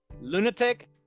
lunatic